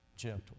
gentle